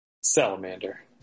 Salamander